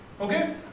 okay